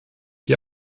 die